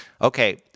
okay